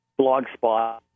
blogspot